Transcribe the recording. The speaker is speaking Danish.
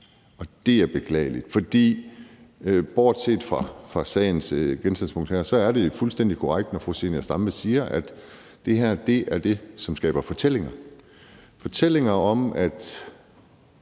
Og det er, bortset fra sagens genstandspunkt her, beklageligt, for det er jo fuldstændig korrekt, når fru Zenia Stampe siger, at det her er det, som skaber fortællinger; fortællinger om, at